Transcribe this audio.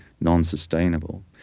non-sustainable